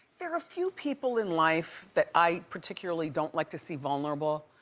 there are few people in life that i particularly don't like to see vulnerable.